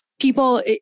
people